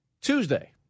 Tuesday